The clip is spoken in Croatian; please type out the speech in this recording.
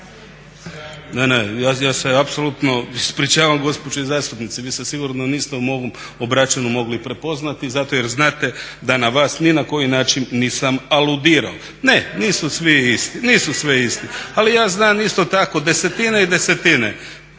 Ne, ne, ja se apsolutno ispričavam gospođi zastupnici. Vi se sigurno niste u mom obraćanju mogli prepoznati zato jer znate da na vas ni na koji način nisam aludirao. Ne, nisu svi isti, nisu svi isti, ali ja znam isto tako desetine i desetine